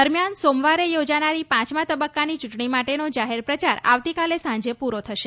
દરમિયાન સોમવારે યોજાનારી પાંચમા તબક્કાની ચૂંટણી માટેનો જાહેર પ્રચાર આવતીકાલે સાંજે પૂરો થશે